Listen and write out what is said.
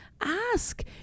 ask